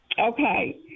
Okay